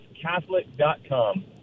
Catholic.com